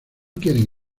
quieren